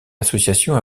association